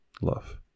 love